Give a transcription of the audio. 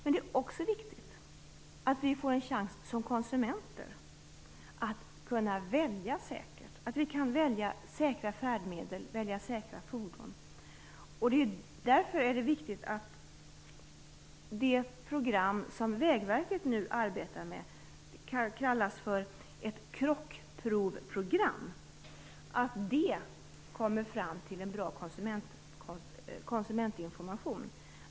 Det är också viktigt att vi som konsumenter får en chans att välja säkert, att välja säkra färdmedel, säkra fordon. Därför är det viktigt att det program som Vägverket nu arbetar med - det kallas för ett krockprov-program - leder till en bra konsumentinformation.